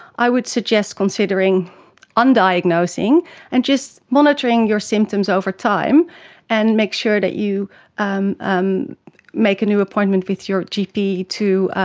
i would suggest considering un-diagnosing and just monitoring your symptoms over time and make sure that you um um make a new appointment with your gp to